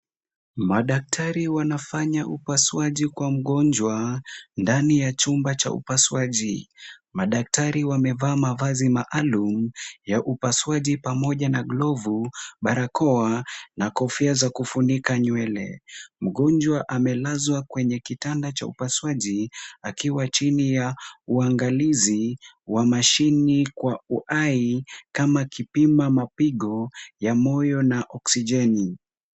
Madaktari wanafanya upasuaji kwa mgonjwa ndani ya chumba cha upasuaji. Madaktari wamevaa mavazi maalum ya upasuaji pamoja na glovu, barakoa na kofia za kufunika nywele. Mgonjwa amelazwa kwenye kitanda cha upasuaji akiwa chini ya uangalizi wa mashini kwa uhai kama kipima mapigo wa moyo na oksijeni.